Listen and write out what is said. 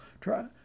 Try